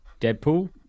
deadpool